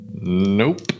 Nope